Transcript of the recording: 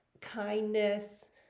kindness